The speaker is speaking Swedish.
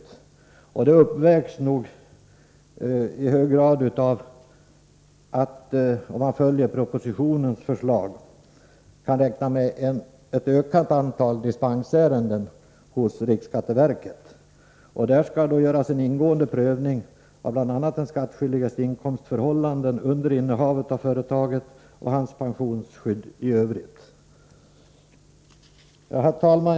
Det anförda förhållandet uppvägs nog i hög grad av att man, om man följer propositionens förslag, kan räkna med ett ökat antal dispensärenden hos riksskatteverket. Där skall göras en ingående prövning av bl.a. den skattskyldiges inkomstförhållanden under innehavet av företaget och av hans pensionsskydd i övrigt. Herr talman!